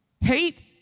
Hate